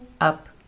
up